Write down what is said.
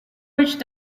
witch